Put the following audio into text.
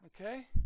okay